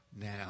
now